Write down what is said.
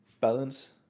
Balance